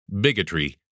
bigotry